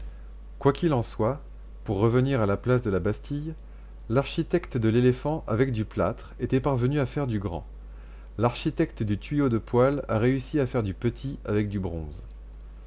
qu'il en soit pour revenir à la place de la bastille l'architecte de l'éléphant avec du plâtre était parvenu à faire du grand l'architecte du tuyau de poêle a réussi à faire du petit avec du bronze